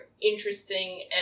interesting